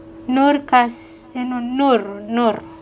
noor cars and on nur nur